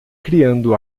criando